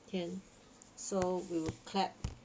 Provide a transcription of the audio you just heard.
can so we will clap